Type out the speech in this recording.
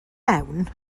mewn